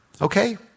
Okay